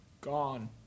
gone